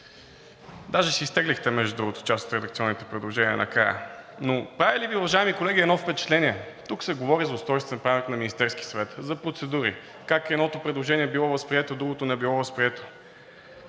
Даже си изтеглихте, между другото, част от редакционните предложения накрая, но прави ли Ви, уважаеми колеги, едно впечатление? Тук се говори за Устройствен правилник на Министерския съвет, за процедури, как едното предложение било възприето, другото не било възприето.